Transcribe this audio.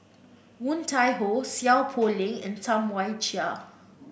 Woon Tai Ho Seow Poh Leng and Tam Wai Jia